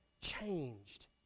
changed